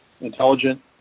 intelligent